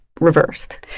reversed